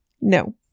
no